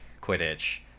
Quidditch